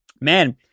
Man